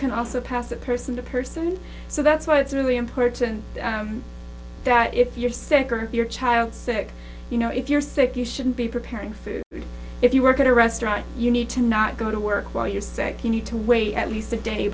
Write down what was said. can also pass that person to person so that's why it's really important that if you're sick or your child sick you know if you're sick you shouldn't be preparing food if you work at a restaurant you need to not go to work while you're sick you need to wait at least a day